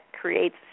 creates